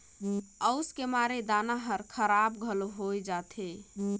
अउस के मारे दाना हर खराब घलो होवे जाथे